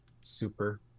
super